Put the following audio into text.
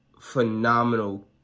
phenomenal